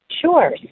Sure